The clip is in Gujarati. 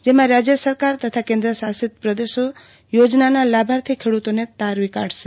જેમાં રાજ્ય સરકારો તથા કેન્દ્ર શાસિત પ્રદેશો યોજનાના લાભાર્થી ખેડૂતોને તારવી કાઢશે